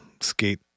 skate